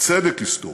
צדק היסטורי.